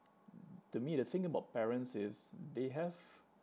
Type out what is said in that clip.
to me the thing about parents is they have